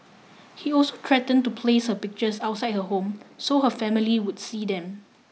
he also threatened to place her pictures outside her home so her family would see them